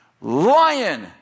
Lion